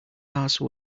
house